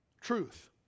Truth